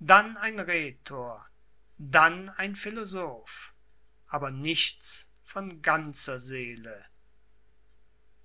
dann ein rhetor dann ein philosoph aber nichts von ganzer seele